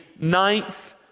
ninth